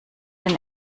den